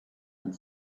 and